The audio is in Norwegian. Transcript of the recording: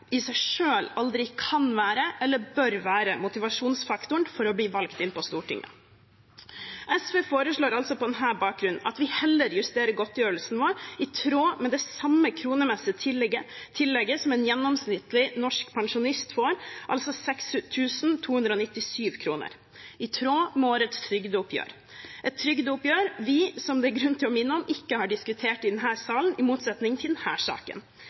i seg selv aldri kan være, eller bør være, en motivasjonsfaktor for å bli valgt inn på Stortinget. SV forslår på denne bakgrunn at vi heller justerer godtgjørelsen vår i tråd med det samme kronemessige tillegget som en gjennomsnittlig norsk pensjonist får, altså 6 297 kr – i tråd med årets trygdeoppgjør, et trygdeoppgjør som vi, som det er grunn til å minne om, ikke har diskutert i denne salen, i motsetning til denne saken.